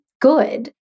good